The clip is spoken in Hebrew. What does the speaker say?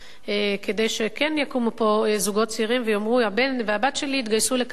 כדי שכן יקומו פה זוגות צעירים ויאמרו: הבן והבת שלי התגייסו לקטיף,